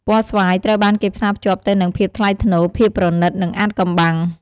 ពណ៌ស្វាយ ត្រូវបានគេផ្សារភ្ជាប់ទៅនឹង ភាពថ្លៃថ្នូរ ភាពប្រណីត និង អាថ៌កំបាំង។